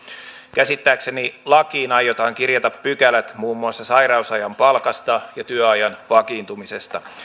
käsittääkseni lakiin aiotaan kirjata pykälät muun muassa sairausajan palkasta ja työajan vakiintumisesta